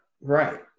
right